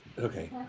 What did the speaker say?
okay